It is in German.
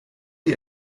ihr